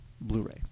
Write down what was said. blu-ray